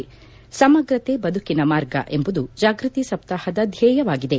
ಸಮಗ್ರತೆ ಬದುಕಿನ ಮಾರ್ಗ ಎಂಬುದು ಜಾಗೃತಿ ಸಪ್ತಾಹದ ಧ್ವೇಯವಾಗಿದೆ